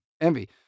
Envy